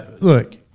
look